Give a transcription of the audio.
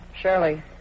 Shirley